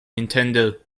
nintendo